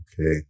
Okay